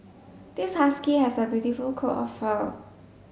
this husky has a beautiful coat of fur